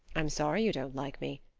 i'm sorry you don't like me.